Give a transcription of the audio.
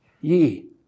ye